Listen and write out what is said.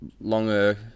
longer